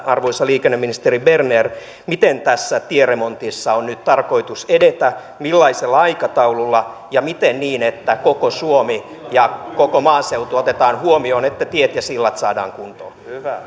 arvoisa liikenneministeri berner miten tässä tieremontissa on nyt tarkoitus edetä millaisella aikataululla ja miten niin että koko suomi ja koko maaseutu otetaan huomioon että tiet ja sillat saadaan kuntoon